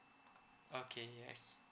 okay yes